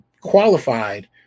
qualified